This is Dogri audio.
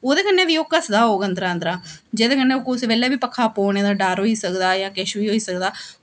ओह्दे कन्नै बी ओह् घसदा होग अंदरा अंदरा जेह्दे कन्नै ओह् कुसै बेल्लै बी पक्खा पौने दा डर होई सकदा जां किश बी होई सकदा